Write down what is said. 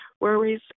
worries